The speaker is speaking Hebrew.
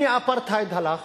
הנה האפרטהייד הלך